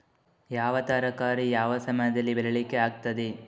ಯಾವ ತರಕಾರಿ ಯಾವ ಸಮಯದಲ್ಲಿ ಬೆಳಿಲಿಕ್ಕೆ ಆಗ್ತದೆ?